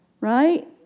right